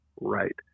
right